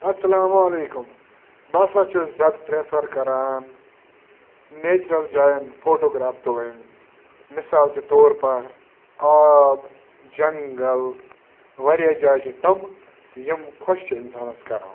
اَسَلامُ علیکُم بہٕ ہَسا چھُس زیادٕ پرٛٮ۪فَر کَران نیچرَل جایَن فوٹوگرٛاف تُلٕنۍ مِثال کے طور پَر آب جَنگَل واریاہ جایہِ چھِ تِم یِم خوش چھِ اِنسانَس کَران